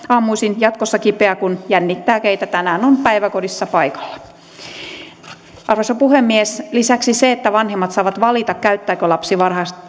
aamuisin jatkossa kipeä kun jännittää keitä tänään on päiväkodissa paikalla arvoisa puhemies lisäksi se että vanhemmat saavat valita käyttääkö lapsi